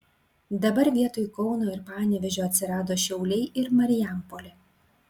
dabar vietoj kauno ir panevėžio atsirado šiauliai ir marijampolė